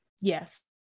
Yes